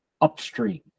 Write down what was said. upstream